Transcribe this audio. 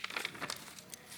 שמולי,